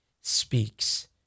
speaks